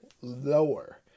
lower